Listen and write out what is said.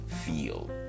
Feel